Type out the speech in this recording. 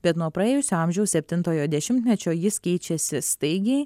bet nuo praėjusio amžiaus septintojo dešimtmečio jis keičiasi staigiai